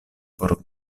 por